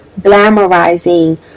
glamorizing